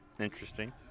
Interesting